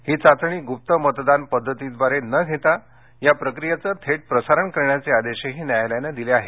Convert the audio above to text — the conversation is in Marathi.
ही चाचणी गुप्त मतदान पद्धतीद्वारे न घेता या प्रक्रियेचं थेट प्रसारण करण्याचे आदेशही न्यायालयानं दिले आहेत